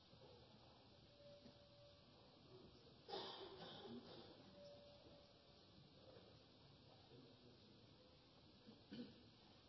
Takk